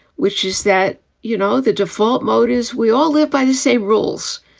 which is that, you know, the default mode is we all live by the same rules.